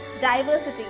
diversity